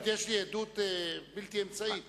פשוט, יש לי עדות בלתי אמצעית.